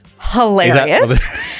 hilarious